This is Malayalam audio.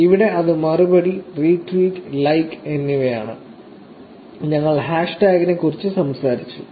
ഇവിടെ ഇത് മറുപടി റീട്വീറ്റ് ലൈക്ക് എന്നിവയാണ് ഞങ്ങൾ ഹാഷ്ടാഗിനെക്കുറിച്ചും സംസാരിച്ചു